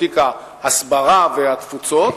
תיק ההסברה והתפוצות,